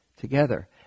together